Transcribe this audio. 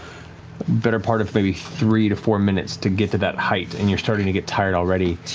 better part of maybe three to four minutes to get to that height, and you're starting to get tired already,